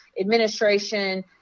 administration